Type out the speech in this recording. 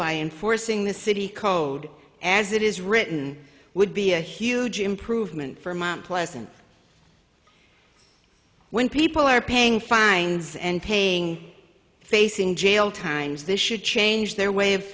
by enforcing the city code as it is written would be a huge improvement for my pleasant when people are paying fines and paying facing jail times they should change their way of